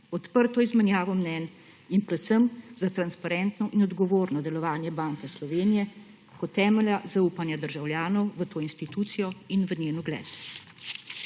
odprto izmenjavo mnenj in predvsem za transparentno in odgovorno delovanje Banke Slovenije kot temelja zaupanja državljanov v to institucijo in v njen ugled.